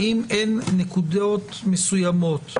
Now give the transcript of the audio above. האם אין נקודות מסוימות,